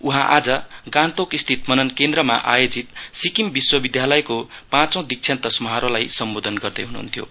उहाँले आज गान्तोकस्थित मनन् केन्द्रमा आयोजित सिक्किम विश्वविद्यालयको पाँचौं दिक्षान्त समारोहलाई सम्बोधन गर्दै हुनुहुन्थ्यो